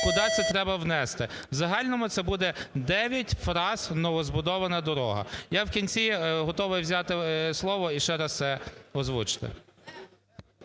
куди це треба внести. У загальному це буде 9 фраз… новозбудована дорога. Я в кінці готовий взяти слово і ще раз озвучити.